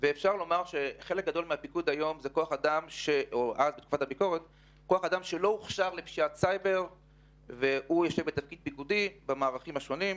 בעיית גיוס כוח האדם המתאים היא בעיה שאיננה נחלת המשטרה בלבד.